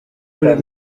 kuri